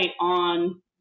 on